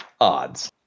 Odds